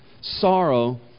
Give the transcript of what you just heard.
sorrow